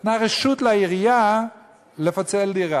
נתנה רשות לעירייה לפצל דירה,